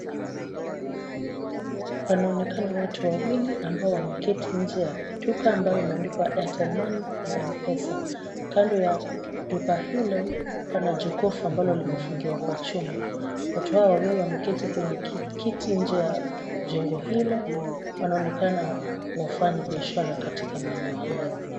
Panaonekana watu wawili ambao wameketi nje ya duka ambayo imeandikwa Airtel Money na ya M-Pesa. Kando ya duka hilo pana jokofu ambayo imefungiwa kwa chuma. Watu hao wawili wameketi kwenye kiti nje ya jengo hilo wanaonekana wafanyibiashara katika maeneo haya.